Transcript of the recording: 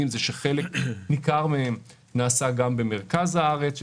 הוא שחלק ניכר מהם נעשה גם במרכז הארץ,